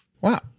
Wow